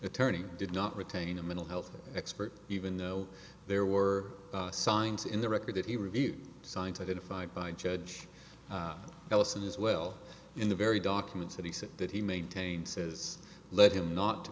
attorney did not retain a mental health expert even though there were signs in the record that he reviewed science identified by judge ellison as well in the very documents that he said that he maintained says let him not